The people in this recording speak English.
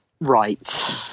Right